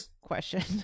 question